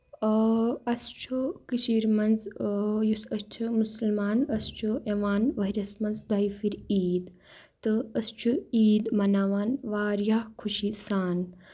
اۭں اَسہِ چھُ کٔشیٖرِ منٛز یُس أسۍ چھِ مُسلمان أسۍ چھُ یِوان ؤہرِس منٛز دۄیہِ پھِرِ عیٖد تہٕ أسۍ چھِ عیٖد مَناوان واریاہ خوشی سان